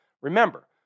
Remember